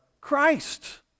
Christ